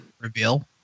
reveal